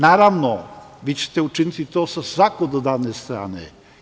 Naravno, vi ćete učiniti to sa zakonodavne strane.